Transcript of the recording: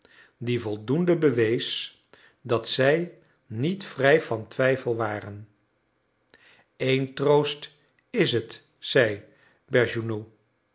die voldoende bewees dat zij niet vrij van twijfel waren eén troost is het zeide